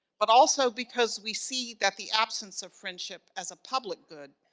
but also because we see that the absence of friendship, as a public good,